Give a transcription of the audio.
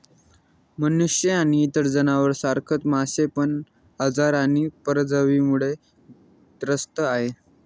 मनुष्य आणि इतर जनावर सारखच मासे पण आजार आणि परजीवींमुळे त्रस्त आहे